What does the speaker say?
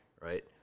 right